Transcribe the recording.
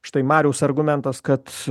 štai mariaus argumentas kad